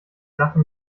sache